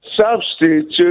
Substitute